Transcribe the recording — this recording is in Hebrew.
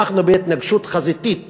אנחנו בהתנגשות חזיתית